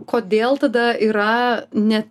kodėl tada yra ne